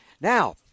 Now